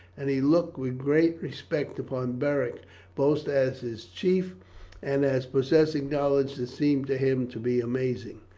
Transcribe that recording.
and he looked with great respect upon beric both as his chief and as possessing knowledge that seemed to him to be amazing.